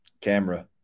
Camera